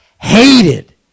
hated